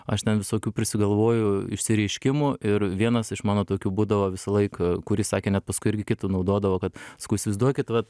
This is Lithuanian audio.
aš ten visokių prisigalvoju išsireiškimų ir vienas iš mano tokių būdavo visąlaik kurį sakė net paskui irgi kiti naudodavo kad sakau įsivaizduokit vat